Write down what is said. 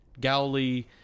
Galilee